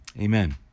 Amen